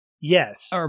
Yes